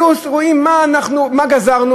היו רואים מה גזרנו,